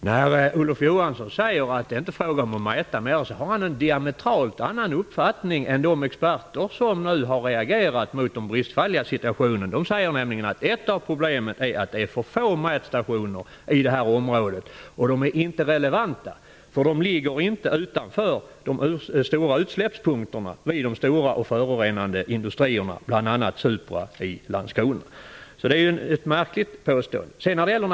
Fru talman! Olof Johansson säger att det inte är fråga om att mäta mera. Han har alltså en diametralt annan uppfattning är de experter som nu har reagerat mot bristerna. De säger nämligen att ett av problemen är att det är för få mätstationer i området och att de inte är relevanta. De ligger inte utanför de stora utsläppspunkterna vid de stora och förorenande industrianläggningarna, bl.a. Supra i Landskrona. Det är ett märkligt påstående av miljöministern.